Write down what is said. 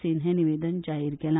सीन हे निवेदन जारी केला